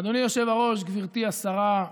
אדוני היושב-ראש, גברתי השרה,